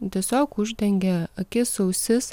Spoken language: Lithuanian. tiesiog uždengia akis ausis